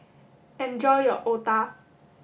enjoy your otah